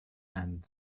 and